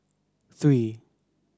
three